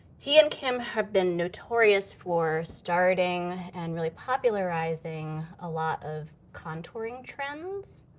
he and kim have been notorious for starting and really popularizing a lot of contouring trends.